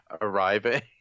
arriving